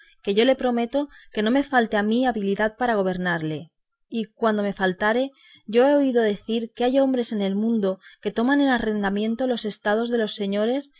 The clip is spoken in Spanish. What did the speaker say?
que yo le prometo que no me falte a mí habilidad para gobernarle y cuando me faltare yo he oído decir que hay hombres en el mundo que toman en arrendamiento los estados de los señores